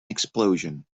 explosion